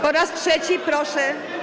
Po raz trzeci proszę.